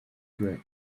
crack